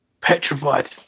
petrified